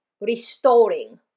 restoring